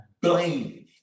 blame